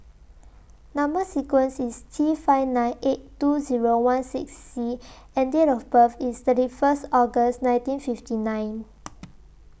Number sequence IS T five nine eight two Zero one six C and Date of birth IS thirty First August nineteen fifty nine